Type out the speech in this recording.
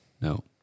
No